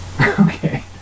okay